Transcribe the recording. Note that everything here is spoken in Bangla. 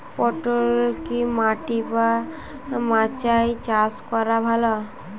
পটল কি মাটি বা মাচায় চাষ করা ভালো?